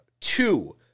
two